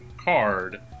card